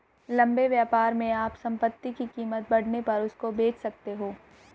लंबे व्यापार में आप संपत्ति की कीमत बढ़ने पर उसको बेच सकते हो